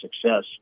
success